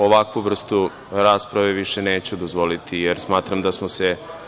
Ovakvu vrstu rasprave više neću dozvoliti, jer smatram da smo se…